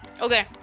Okay